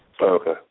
Okay